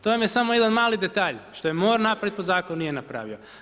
To vam je samo jedan mali detalj što je morao napraviti po zakonu, nije napravio.